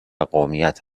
قومیت